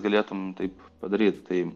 galėtum taip padaryt tai